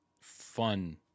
fun